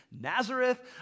Nazareth